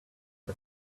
but